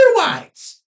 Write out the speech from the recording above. otherwise